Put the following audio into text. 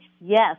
yes